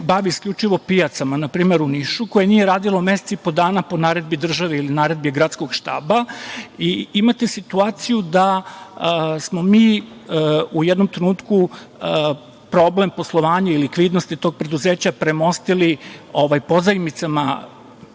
bavi isključivo pijacama, na primer u Nišu, koje nije radilo mesec i po dana po naredbi države ili naredbi gradskog štaba i imate situaciju da smo mi u jednom trenutku problem poslovanja i likvidnosti tog preduzeća premostili pozajmicama,